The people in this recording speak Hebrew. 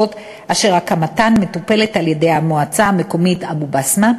אשר הקמתן מטופלת על-ידי המועצה המקומית אבו-בסמה.